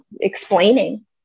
explaining